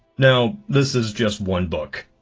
now, this is just one book.